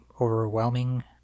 overwhelming